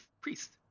priest